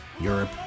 Europe